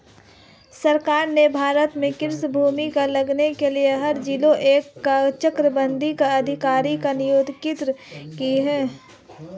सरकार ने भारत में कृषि भूमि की लागत के लिए हर जिले में एक चकबंदी अधिकारी की नियुक्ति की है